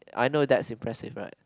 I know that's impressive right